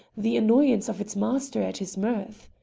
the annoyance of its master at his mirth?